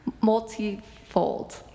multi-fold